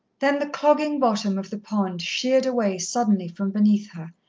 then the clogging bottom of the pond sheered away suddenly from beneath her,